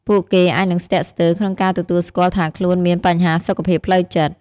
ពួកគេអាចនឹងស្ទាក់ស្ទើរក្នុងការទទួលស្គាល់ថាខ្លួនមានបញ្ហាសុខភាពផ្លូវចិត្ត។